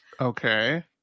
Okay